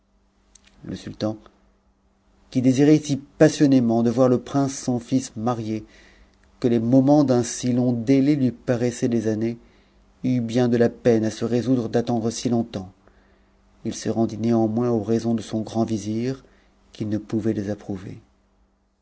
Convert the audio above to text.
le sultan qui désirait si passionnément de voir le prince son fils marié lac es moments d'un si long délai lui paraissaient des années eut bien de eme a'se résoudre d'attendre si longtemps i se rendit néanmoins aux raisons de son grand vizir qu'il ne pouvait désapprouver